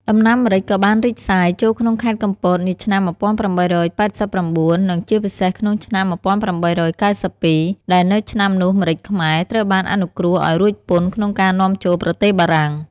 ដំណាំម្រេចក៏បានរីកសាយ ចូលក្នុងខេត្តកំពត នាឆ្នាំ១៨៨៩ និងជាពិសេសក្នុងឆ្នាំ១៨៩២ ដែលនៅឆ្នាំនោះ ម្រេចខ្មែរ ត្រូវបានអនុគ្រោះឱ្យរួចពន្ធក្នុងការនាំចូលប្រទេសបារាំង។